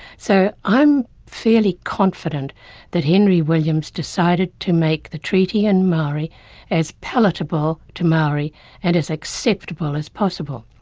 so i'm fairly confident that henry williams decided to make the treaty in maori as palatable to maori and as acceptable as possible.